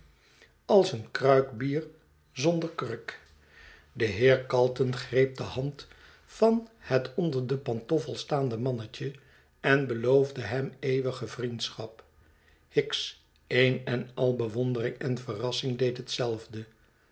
als een kruik bier zonder kurk de heer calton greep de hand van het onder den pantoffel staande mannetje en beloofde hem eeuwige vriendschap hicks een en albewondering en verrassing deed hetzelfde